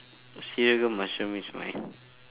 seeragam mushroom is my